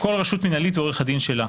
כל רשות מנהלית ועורך הדין שלה.